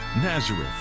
Nazareth